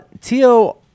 Tio